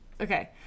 okay